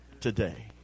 today